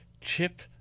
Chip